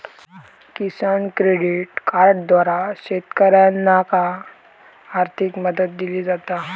किसान credit कार्डद्वारा शेतकऱ्यांनाका आर्थिक मदत दिली जाता